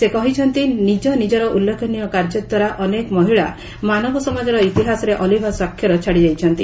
ସେ କହିଛନ୍ତି ନିଜ ନିଜର ଉଲ୍ଲେଖନୀୟ କାର୍ଯ୍ୟଦ୍ୱାରା ଅନେକ ମହିଳା ମାନବ ସମାଜର ଇତିହାସରେ ଅଲିଭା ସ୍ୱାକ୍ଷର ଛାଡ଼ିଯାଇଛନ୍ତି